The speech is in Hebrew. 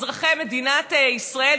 אזרחי מדינת ישראל,